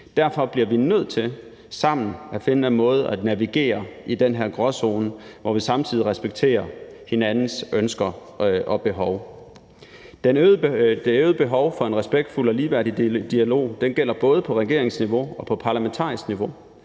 Derfor bliver vi nødt til sammen at finde en måde at navigere i den her gråzone på, hvor vi samtidig respekterer hinandens ønsker og behov. Det øgede behov for en respektfuld og ligeværdig dialog gælder både på regeringsniveau og på parlamentarisk niveau.